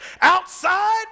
Outside